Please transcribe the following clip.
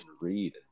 read